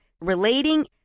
relating